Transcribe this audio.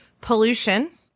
pollution